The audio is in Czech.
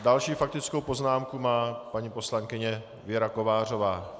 Další faktickou poznámku má paní poslankyně Věra Kovářová.